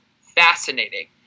fascinating